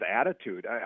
attitude